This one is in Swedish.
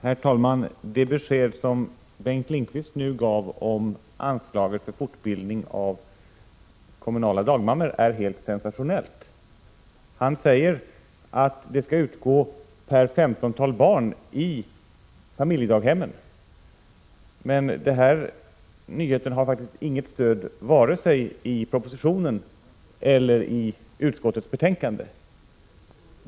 Herr talman! Det besked som Bengt Lindqvist nu gav om anslaget för fortbildning av kommunala dagmammor är helt sensationellt. Han säger att det skall utgå per 15-tal barn i familjedaghemmen. Men denna nyhet har inget stöd vare sig i propositionen eller i utskottets betänkande.